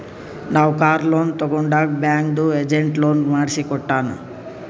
ನಾವ್ car loan ತಗೊಂಡಾಗ್ ಬ್ಯಾಂಕ್ದು ಏಜೆಂಟ್ ಲೋನ್ ಮಾಡ್ಸಿ ಕೊಟ್ಟಾನ್